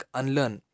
unlearn